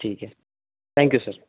ठीक है thank you sir